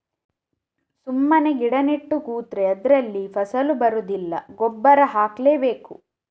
ಸುಮ್ಮನೆ ಗಿಡ ನೆಟ್ಟು ಕೂತ್ರೆ ಅದ್ರಲ್ಲಿ ಫಸಲು ಬರುದಿಲ್ಲ ಗೊಬ್ಬರ ಹಾಕ್ಲೇ ಬೇಕು